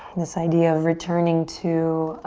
this idea of returning to